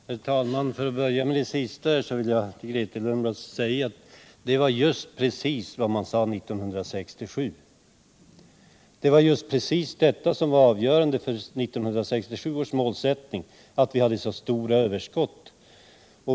Herr talman! För att börja med det senaste så vill jag för Grethe Lundblad påpeka att det var precis vad man sade 1967. Det var just precis det som var avgörande för 1967 års målsättning, att vi hade så stora överskott.